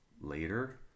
later